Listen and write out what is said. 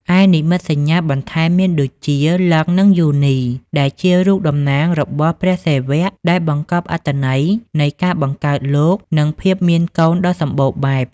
ឯនិមិត្តសញ្ញាបន្ថែមមានដូចជា លីង្គ និងយោនី ដែលជារូបតំណាងរបស់ព្រះសិវៈ ដែលបង្កប់អត្ថន័យនៃការបង្កើតលោក និងភាពមានកូនដ៏សម្បូរបែប។